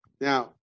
Now